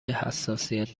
حساسیت